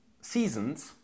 seasons